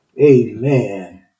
amen